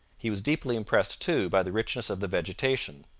he was deeply impressed, too, by the richness of the vegetation.